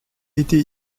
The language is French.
été